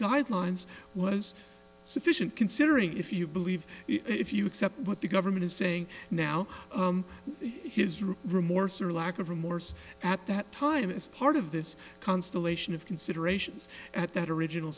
guidelines was sufficient considering if you believe if you accept what the government is saying now his real remorse or lack of remorse at that time as part of this constellation of considerations at that original